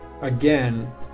again